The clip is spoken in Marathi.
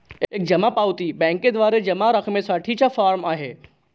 एक जमा पावती बँकेद्वारे जमा रकमेसाठी चा फॉर्म आहे